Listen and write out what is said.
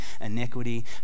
iniquity